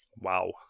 Wow